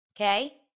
Okay